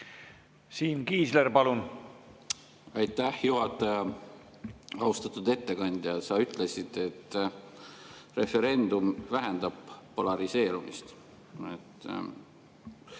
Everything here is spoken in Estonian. Siim Kiisler, palun! Aitäh, juhataja! Austatud ettekandja! Sa ütlesid, et referendum vähendab polariseerumist.